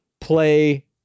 play